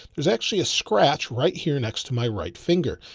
there's actually a scratch right here next to my right finger.